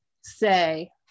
say